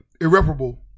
irreparable